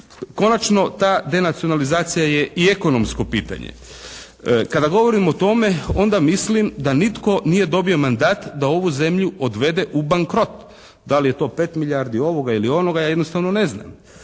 Konačno ta denacionalizacija je i ekonomsko pitanje. Kada govorim o tome onda mislim da nitko nije dobio mandat da ovu zemlju odvede u bankrot. Da li je to 5 milijardi ovoga ili onoga? Ja jednostavno ne znam.